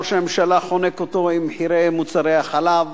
ראש הממשלה חונק אותו עם מחירי מוצרי החלב,